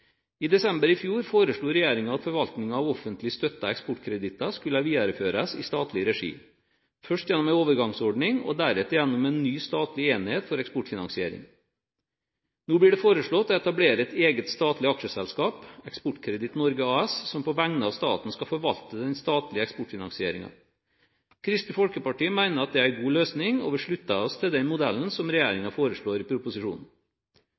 I desember i fjor foreslo regjeringen at forvaltningen av offentlig støttede eksportkreditter skulle videreføres i statlig regi, først gjennom en overgangsordning og deretter gjennom en ny statlig enhet for eksportfinansiering. Nå blir det foreslått å etablere et eget statlig aksjeselskap, Eksportkreditt Norge AS, som på vegne av staten skal forvalte den statlige eksportfinansieringen. Kristelig Folkeparti mener at det er en god løsning, og vi slutter oss til den modellen som regjeringen foreslår i proposisjonen.